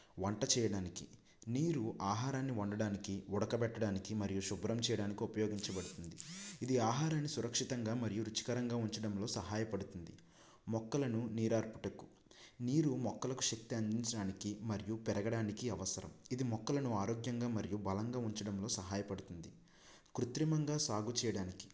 వంట చేయడానికి నీరు ఆహారాన్ని వండడానికి ఉడకబెట్టడానికి మరియు శుభ్రం చేయడానికి ఉపయోగించబడుతుంది ఇది ఆహారాన్ని సురక్షితంగా మరియు రుచికరంగా ఉంచడంలో సహాయపడుతుంది మొక్కలను నీరు ఆర్పుటకు నీరు మొక్కలకు శక్తి అందించడానికి మరియు పెరగడానికి అవసరం ఇది మొక్కలను ఆరోగ్యంగా మరియు బలంగా ఉంచడంలో సహాయపడుతుంది కృత్రిమంగా సాగు చేయడానికి